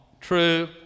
true